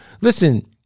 Listen